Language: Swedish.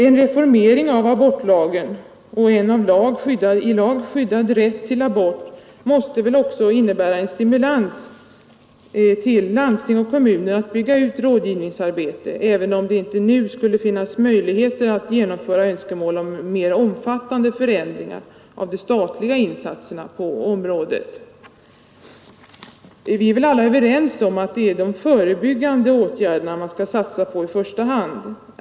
En reformering av abortlagen och en i lag skyddad rätt till abort måste väl också innebära en stimulans till landsting och kommuner att bygga ut rådgivningsarbetet, även om det inte nu skulle finnas möjligheter att genomföra önskemål om mera omfattande förändringar av de statliga insatserna på området. Vi är väl alla överens om att det är de förebyggande åtgärderna vi skall satsa på i första hand.